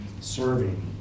serving